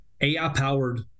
AI-powered